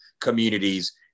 communities